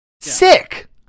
Sick